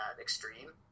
extreme